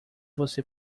você